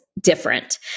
different